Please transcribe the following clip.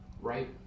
right